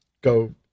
go